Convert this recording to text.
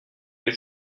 est